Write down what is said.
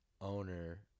owner